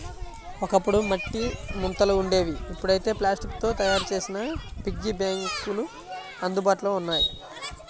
ఒకప్పుడు మట్టి ముంతలు ఉండేవి ఇప్పుడైతే ప్లాస్టిక్ తో తయ్యారు చేసిన పిగ్గీ బ్యాంకులు అందుబాటులో ఉన్నాయి